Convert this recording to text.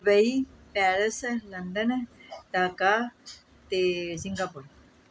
Dubai Paris London Dhaka ਅਤੇ Singapore